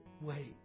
wait